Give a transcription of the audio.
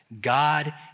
God